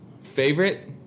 Favorite